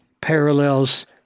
parallels